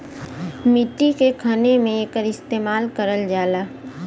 मट्टी के खने में एकर इस्तेमाल करल जाला